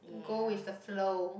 go with the flow